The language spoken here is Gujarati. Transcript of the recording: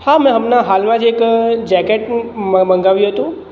હા ંમે હમણાં હલમાં જ એક જેકેટ મગાવ્યું હતું